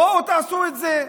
בואו תעשו את זה.